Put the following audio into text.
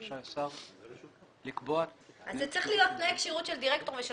זה צריך להיות תנאי כשירות של דירקטור ושל